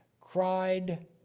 cried